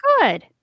good